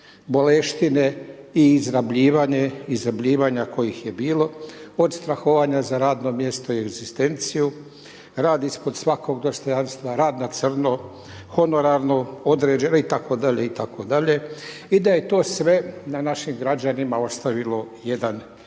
izrabljivanje, izrabljivanja kojih je bilo, od strahovanja za radno mjesto i egzistenciju, rad ispod svakog dostojanstva, rad na crno, honorarno određeno itd. itd. i da je to sve na našim građanima ostavilo jedan neizbrisiv